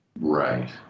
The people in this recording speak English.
Right